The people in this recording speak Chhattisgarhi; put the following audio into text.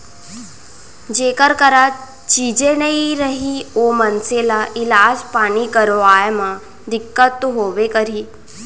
जेकर करा चीजे नइ रही ओ मनसे ल इलाज पानी करवाय म दिक्कत तो होबे करही